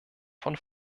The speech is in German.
von